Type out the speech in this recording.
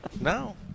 No